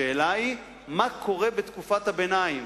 השאלה היא מה קורה בתקופת הביניים,